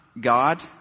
God